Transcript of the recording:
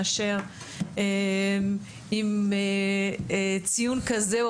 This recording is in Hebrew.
מאשר עם ציון כזה,